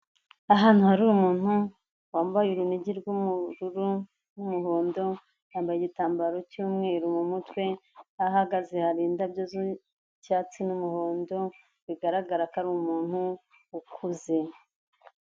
Ahantu hari umuntu wambaye urunigi rw'ubururu n'umuhondo, yambaye igitambaro cy'umweru mu mutwe, aho ahagaze hari indabyo z'icyatsi n'umuhondo, bigaragara ko ari umuntu ukuze.